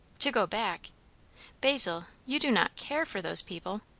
to go back basil, you do not care for those people?